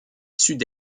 sud